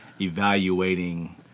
evaluating